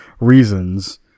reasons